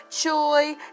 joy